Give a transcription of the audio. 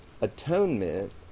atonement